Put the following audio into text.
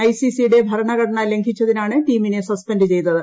I C C യുടെ ഭരണഘടന ലംഘിച്ചതിനാണ് ടീമിനെ സസ്പെന്റ് ചെയ്തത്